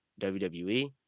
WWE